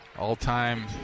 All-time